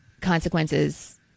consequences